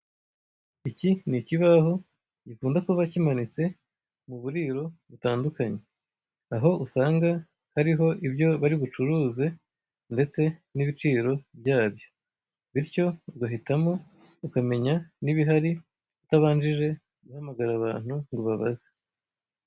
Iki ni ikibaho gikunda kuba kimanitse mu buriro butandukanye, aho usanga hariho ibyo bari bucuruze ndetse n'ibiciro byabyo, bityo ugahitamo, ukamenya n'ibihari utabanjije guhamagara abantu ngo ubabaze.